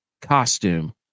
costume